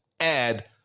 add